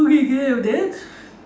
okay can I have that